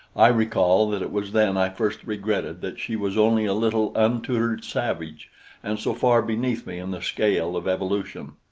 i recall that it was then i first regretted that she was only a little untutored savage and so far beneath me in the scale of evolution.